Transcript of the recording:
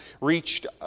reached